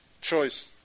choice